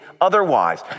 otherwise